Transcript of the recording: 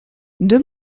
deux